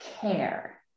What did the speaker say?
care